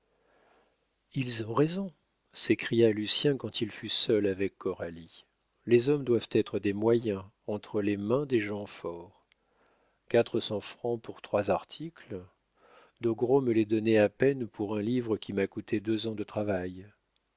ils ont raison s'écria lucien quand il fut seul avec coralie les hommes doivent être des moyens entre les mains des gens forts quatre cents francs pour trois articles doguereau me les donnait à peine pour un livre qui m'a coûté deux ans de travail